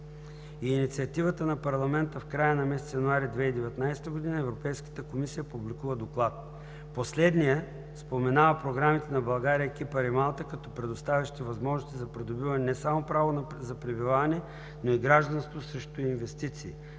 и инициативата на парламента в края на месец януари 2019 г. Европейската комисия публикува Доклад. Последният споменава програмите на България, Кипър и Малта като предоставящи възможности за придобиване не само на право за пребиваване, но и гражданство срещу инвестиции.